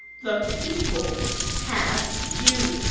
the people pass you.